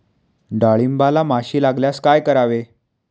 डाळींबाला माशी लागल्यास काय करावे?